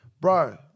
Bro